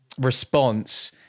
Response